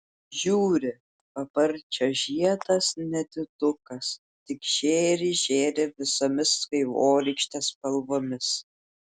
žiūri paparčio žiedas nedidukas tik žėri žėri visomis vaivorykštės spalvomis